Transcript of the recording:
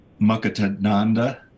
Muktananda